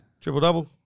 Triple-double